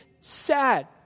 sad